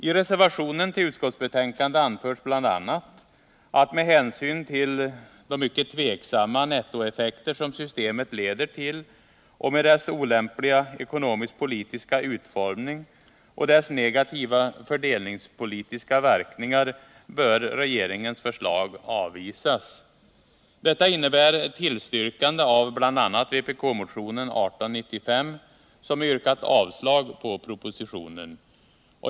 I reservationen till utskousbetänkandet anförs bl.a. att med hänsyn till de mycket tveksamma nettoeffekter som systemet leder till och med dess olämpliga ekonomiskt-politiska utformning och dess negativa fördelningspolitiska verkningar bör regeringens förslag avvisas. Detta innebär tillstyrkande av bl.a. vpk-motionen 1895, som yrkat avslag på propositionen.